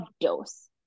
dose